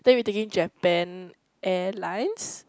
then we taking Japan airlines